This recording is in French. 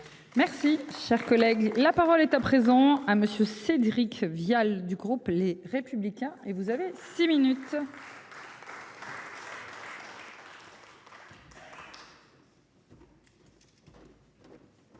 Merci, cher collègue, la parole est à présent hein Monsieur Cédric Vial du groupe Les Républicains et vous avez six minutes. Madame